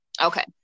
Okay